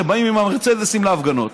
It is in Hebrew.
שבאים עם המרצדסים להפגנות.